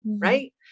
Right